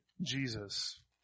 Jesus